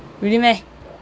really meh